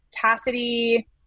Cassidy